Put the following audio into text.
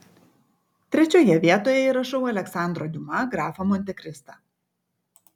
trečioje vietoje įrašau aleksandro diuma grafą montekristą